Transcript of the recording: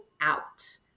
out